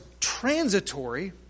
Transitory